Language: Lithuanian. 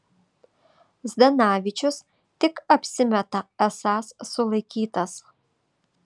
zdanavičius tik apsimeta esąs sulaikytas